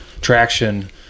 traction